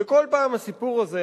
וכל פעם הסיפור הזה,